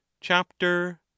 Chapter